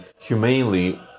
humanely